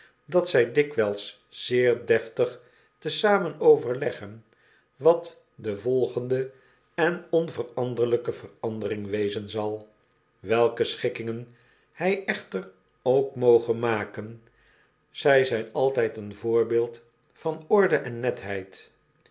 dat zij dikwijls zeer deftig te zamen overleggen wat de volgende en onveranderlyke verandering wezen zal welke schikkingen hjj ecjater ook moge maken zjj zijn altyd een voorbeeid van orde en netheid